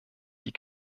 die